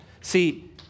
See